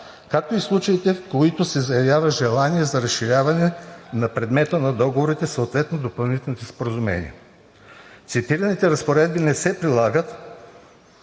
както и случаите, в които се заявява желание за разширяване на предмета на договорите, съответно допълнителните споразумения. Цитираните разпоредби не се прилагат,